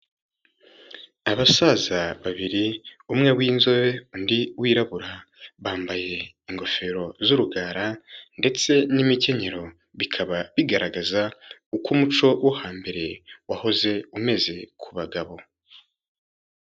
Abasaza babiri, umwe w'inzobe undi wirabura, bambaye ingofero z'urugara ndetse n'imikenyero, bikaba bigaragaza uko umuco wo hambere wahoze umeze ku bagabo.